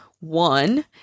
one